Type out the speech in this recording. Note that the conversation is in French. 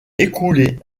écoulé